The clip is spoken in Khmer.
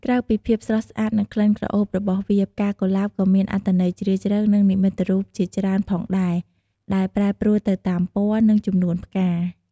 ក្រៅពីភាពស្រស់ស្អាត និងក្លិនក្រអូបរបស់វា ផ្កាកុលាបក៏មានអត្ថន័យជ្រាលជ្រៅ និងនិមិត្តរូបជាច្រើនផងដែរ ដែលប្រែប្រួលទៅតាមពណ៌ និងចំនួនផ្កា។